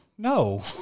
No